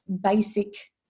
basic